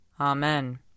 Amen